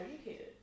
educated